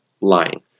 lying